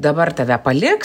dabar tave paliks